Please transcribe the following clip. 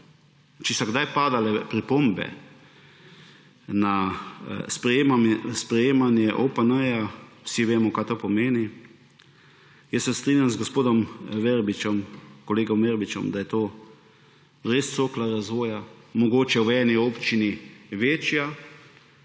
če so kdaj padale pripombe na sprejemanje OPN, vsi vemo, kaj to pomeni, jaz se strinjam z gospodom Verbičem, kolegom Verbičem, da je to res cokla razvoja. Mogoče v eni občini večja,